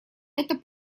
это